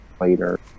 later